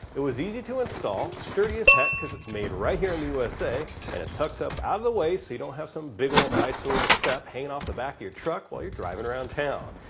it was easy to install, sturdy as heck because it's made right here in the usa, and it tucks up out of the way so you don't have some big old eyesore of a step hanging off the back of your truck while you're driving around town.